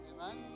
Amen